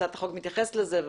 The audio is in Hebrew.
הצעת החוק מתייחסת לזה,